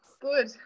good